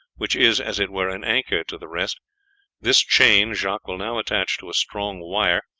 which is, as it were, an anchor to the rest this chain jacques will now attach to a strong wire,